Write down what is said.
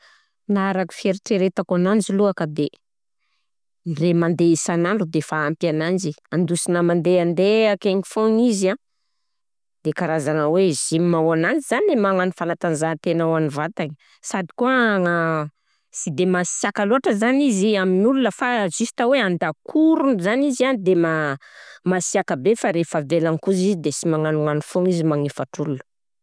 Na araky fieritreretako ananjy alohaka de indre mandeha isanandro de efa ampy ananjy, andosina mandehandeha akegny foana izy an, de karazagna hoe gym ho ananjy zany le magnano fanantanjahan-tegna ho an'ny vatagny, sady koagna sy de masiaka loatra zany izy amin'ol fa zista hoe an-dakorony zany izy an de ma- masiaka be fa rehefa avelany kosa izy de sy magnanognano foana izy magnefatr'olo.